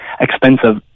expensive